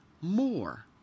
more